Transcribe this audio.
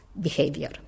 behavior